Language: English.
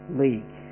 league